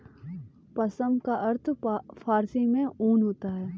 पश्म का अर्थ फारसी में ऊन होता है